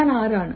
ഞാൻ ആരാണ്